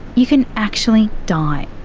you can actually die.